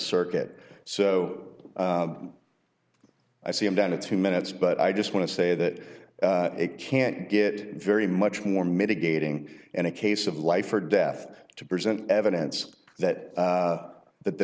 circuit so i see i'm down to two minutes but i just want to say that it can't get very much more mitigating in a case of life or death to present evidence that that the